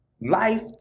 life